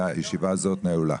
ישיבה זאת נעולה.